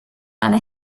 eine